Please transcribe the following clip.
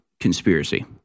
conspiracy